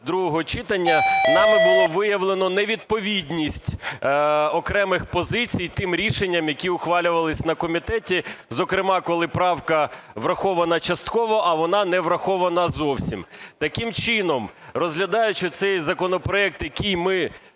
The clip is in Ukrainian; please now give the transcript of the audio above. другого читання, нами було виявлено невідповідність окремих позицій тим рішенням, які ухвалювалися на комітеті, зокрема, коли правка врахована частково, а вона не врахована зовсім. Таким чином, розглядаючи цей законопроект, який, ми